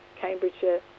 Cambridgeshire